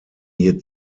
hier